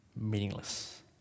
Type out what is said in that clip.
meaningless